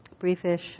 briefish